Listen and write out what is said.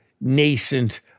nascent